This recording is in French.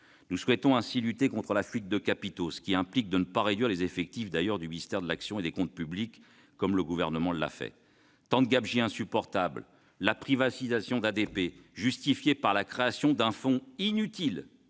nous souhaitons lutter contre la fuite de capitaux, ce qui implique de ne pas réduire les effectifs du ministère de l'action et des comptes publics, comme le Gouvernement l'a fait. Tant de gabegies insupportables ! La privatisation d'Aéroports de Paris, justifiée par la création d'un fonds inutile,